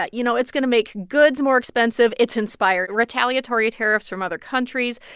ah you know, it's going to make goods more expensive. it's inspired retaliatory tariffs from other countries.